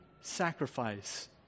sacrifice